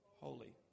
holy